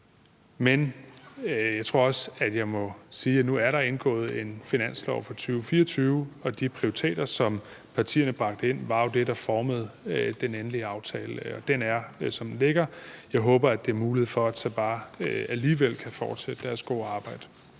Men jeg tror også, at jeg må sige, at nu er der indgået en finanslovsaftale for 2024, og de prioriteter, som partierne bragte ind, var jo det, der formede den endelige aftale, og den er, som den ligger. Jeg håber, det er muligt, at Sabaah alligevel kan fortsætte deres gode arbejde.